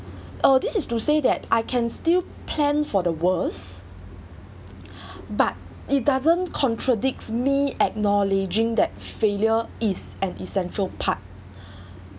oh this is to say that I can still plan for the worst but it doesn't contradict me acknowledging that failure is an essential part